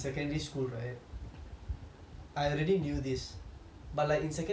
I already knew this but like in secondary school I didn't even see it as a trait